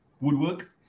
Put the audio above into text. woodwork